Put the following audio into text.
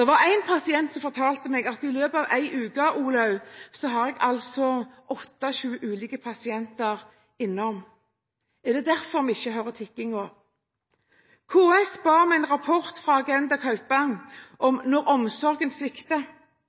Det var en pasient som fortalte meg at det i løpet av en uke kom sju–åtte ulike personer innom. Er det derfor vi ikke hører «tikkingen»? KS ba om en rapport fra Agenda Kaupang – «Når omsorgen svikter».